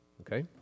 Okay